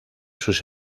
sus